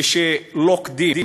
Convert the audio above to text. וכשלוכדים